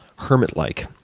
hermit-like,